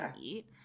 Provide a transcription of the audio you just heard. eat